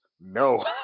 No